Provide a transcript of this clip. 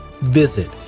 Visit